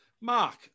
Mark